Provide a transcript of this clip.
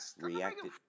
reacted